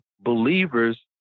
believers